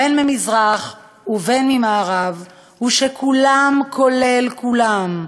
בין ממזרח ובין ממערב, הוא שכולם, כולל כולם,